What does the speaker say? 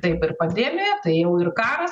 taip ir pandemija tai jau ir karas